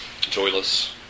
joyless